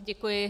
Děkuji.